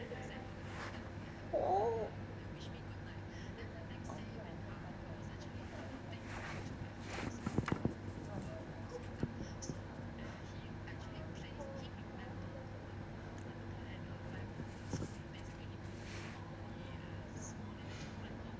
oh